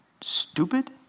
stupid